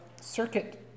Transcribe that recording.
circuit